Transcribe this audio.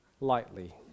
lightly